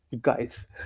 guys